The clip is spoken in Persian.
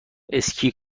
اسکی